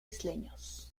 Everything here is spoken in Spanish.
isleños